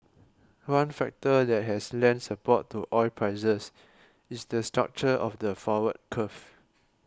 one factor that has lent support to oil prices is the structure of the forward curve